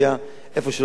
במקומות שלא תהיה ברירה